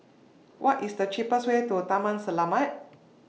What IS The cheapest Way to Taman Selamat